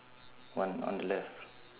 one on the left